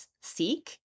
seek